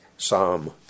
Psalm